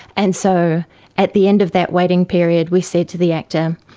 and so at the end of that waiting period we said to the actor,